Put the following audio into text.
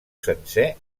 sencer